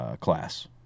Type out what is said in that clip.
Class